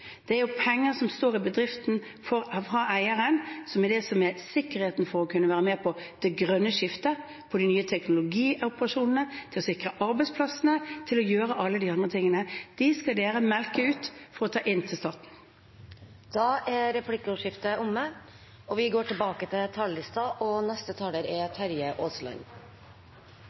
Det er penger som står i bedriften fra eieren, som er det som er sikkerheten for å kunne være med på det grønne skiftet, på de nye teknologioperasjonene, til å sikre arbeidsplassene, til å gjøre alle de andre tingene. Dem skal dere melke ut for å ta inn til staten. Replikkordskiftet er omme. Debatten går i et vant spor, med kanskje ett unntak, og